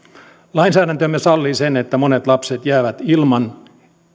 lainsäädäntömme sallii sen että monet lapset jäävät ilman